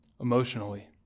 emotionally